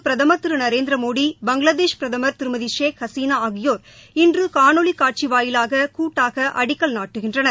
பிரதமர் திரு நரேந்திரமோடி பங்களாதேஷ் பிரதமர் திருமதி ஷேக் ஹசீனா ஆகியோர் இன்று காணொலி காட்சி வாயிலாக கூட்டாக அடிக்கல் நாட்டுகின்றனர்